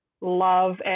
love